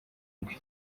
ibi